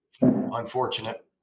unfortunate